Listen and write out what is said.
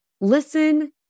listen